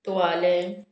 तुवालें